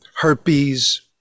herpes